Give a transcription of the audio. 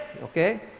okay